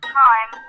time